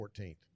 14th